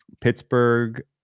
Pittsburgh